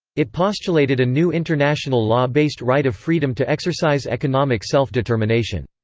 it postulated a new international law-based right of freedom to exercise economic self-determination.